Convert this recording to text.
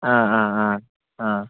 ആ ആ ആ ആ